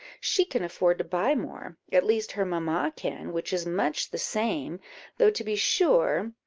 she can afford to buy more at least, her mamma can, which is much the same though to be sure,